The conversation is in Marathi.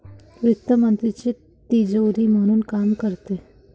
वित्त मंत्रालयाची तिजोरी म्हणून काम करते